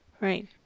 Right